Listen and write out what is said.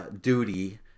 duty